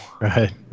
right